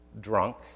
drunk